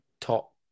top